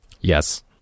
Yes